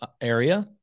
area